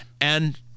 and-